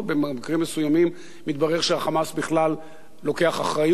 במקרים מסוימים מתברר שה"חמאס" בכלל לוקח אחריות,